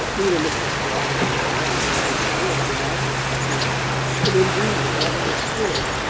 neither mr. spragg nor his wife had ever before been out of their country and undine had not understood,